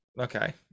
Okay